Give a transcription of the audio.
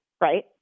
right